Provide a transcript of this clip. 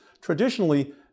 Traditionally